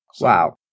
Wow